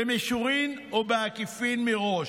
במישרין או בעקיפין מראש".